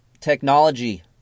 Technology